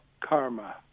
karma